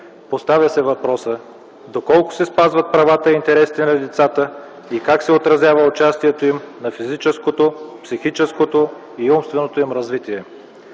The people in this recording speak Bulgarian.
Поставя се въпросът до колко се спазват правата и интересите на децата и как се отразява участието им на физическото, психическото и умственото им развитие.